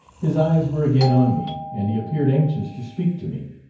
his eyes were again on me, and he appeared anxious to speak to me,